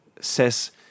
says